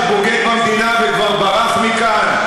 שבוגד במדינה וכבר ברח מכאן?